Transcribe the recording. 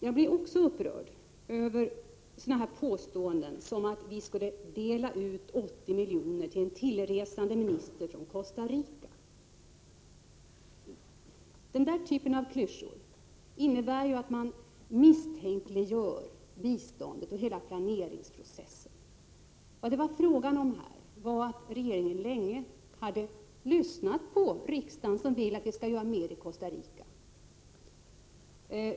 Jag blir också upprörd över sådana påståenden som att vi skulle dela ut 80 milj.kr. till en hitrest minister från Costa Rica. Den typen av klyschor innebär ju att man misstänkliggör biståndet och hela planeringsprocessen. Vad det här var fråga om var att regeringen länge hade lyssnat på riksdagen, som ville att vi skulle göra mer i Costa Rica.